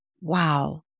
wow